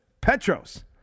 Petros